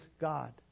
God